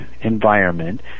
environment